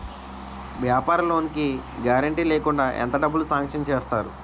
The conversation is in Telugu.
వ్యాపార లోన్ కి గారంటే లేకుండా ఎంత డబ్బులు సాంక్షన్ చేస్తారు?